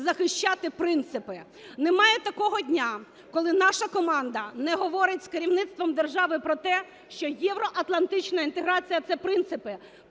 захищати принципи. Немає такого дня, коли наша команда не говорить з керівництвом держави про те, що євроатлантична інтеграція – це принципи.